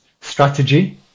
strategy